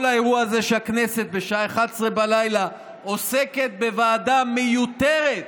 כל האירוע הזה שהכנסת בשעה 23:00 עוסקת בוועדה מיותרת,